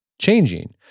changing